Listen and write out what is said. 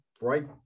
right